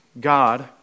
God